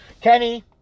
Kenny